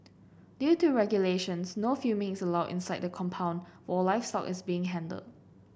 due to regulations no filming is allowed inside the compound while livestock is being handled